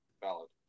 valid